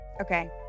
Okay